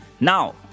now